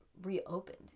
reopened